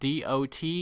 dot